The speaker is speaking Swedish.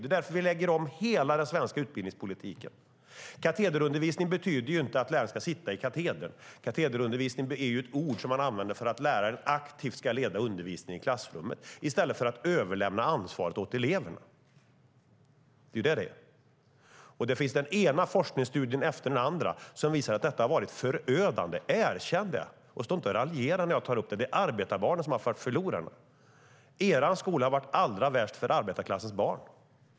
Det är därför vi lägger om hela den svenska utbildningspolitiken. Katederundervisning betyder inte att läraren ska sitta i katedern. Katederundervisning är ett ord som man använder för att visa att läraren aktivt ska leda undervisningen i klassrummet i stället för att överlämna ansvaret åt eleverna. Det är vad det är. Och den ena forskningsstudien efter den andra visar att det egna arbetet har varit förödande. Erkänn det! Och stå inte och raljera när jag tar upp det. Det är arbetarbarnen som har varit förlorarna. Er skola har varit allra värst för arbetarklassens barn.